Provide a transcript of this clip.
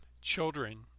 children